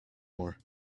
more